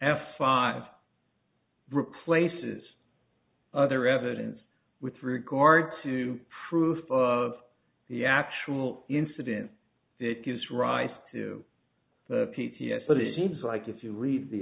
f five replaces other evidence with regard to proof of the actual incident that gives rise to the p t s but it seems like if you read the